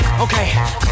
Okay